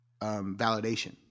validation